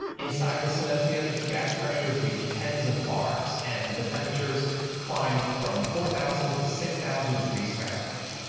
inside the synestia, gas pressures reach tens of bars and the temperature climbs from four thousand to six thousand degrees fahrenheit.